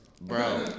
Bro